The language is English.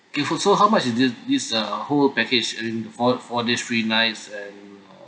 okay for so how much is this this uh whole package in four four days three nights and uh